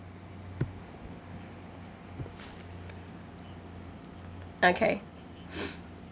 okay